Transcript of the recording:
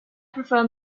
prefer